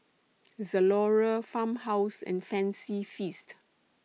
Zalora Farmhouse and Fancy Feast